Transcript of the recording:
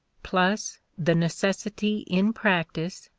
plus the necessity in practice,